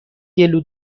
گلو